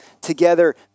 together